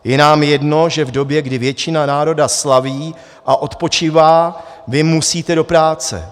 Je nám jedno, že v době, kdy většina národa slaví a odpočívá, vy musíte do práce.